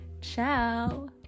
ciao